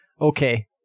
Okay